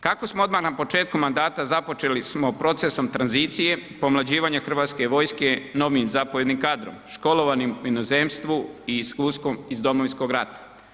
Kako smo odmah na početku mandata započeli smo procesom tranzicije, pomlađivanja Hrvatske vojske novim zapovjednim kadrom, školovanim u inozemstvu i iskustvom iz Domovinskog rata.